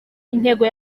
intego